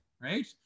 right